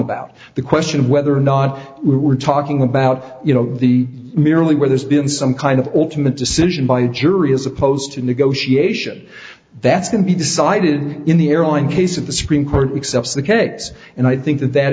about the question of whether or not we were talking about you know the merely where there's been some kind of ultimate decision by a jury as opposed to negotiation that's going to be decided in the airline case of the supreme court accepts the kits and i think that that